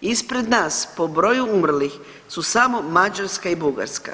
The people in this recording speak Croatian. ispred nas po broju umrlih su samo Mađarska i Bugarska